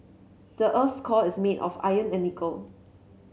the earth's core is made of iron and nickel